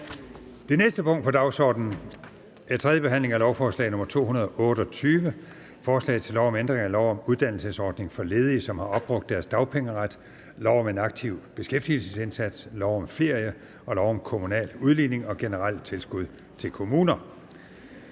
Det næste punkt på dagsordenen er: 9) 3. behandling af lovforslag nr. L 228: Forslag til lov om ændring af lov om uddannelsesordning for ledige, som har opbrugt deres dagpengeret, lov om en aktiv beskæftigelsesindsats, lov om ferie og lov om kommunal udligning og generelle tilskud til kommuner.